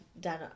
done